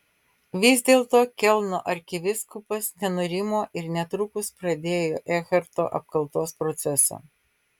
vis dėlto kelno arkivyskupas nenurimo ir netrukus pradėjo naują ekharto apkaltos procesą